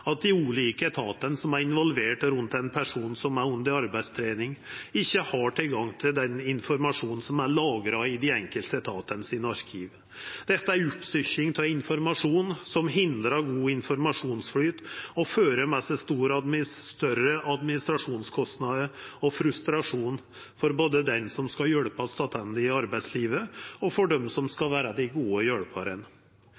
ikkje dei ulike etatane som er involverte rundt ein person som er under arbeidstrening, tilgang til den informasjonen som er lagra i arkiva til dei enkelte etatane. Dette er oppstykking av informasjon, noko som hindrar god informasjonsflyt og fører med seg større administrasjonskostnader og frustrasjon både for han eller ho som skal hjelpast attende til arbeidslivet, og for dei som